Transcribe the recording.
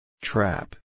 Trap